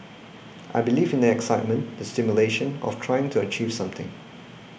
I believe in the excitement the stimulation of trying to achieve something